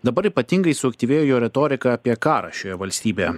dabar ypatingai suaktyvėjo jo retorika apie karą šioje valstybėje